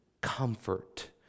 comfort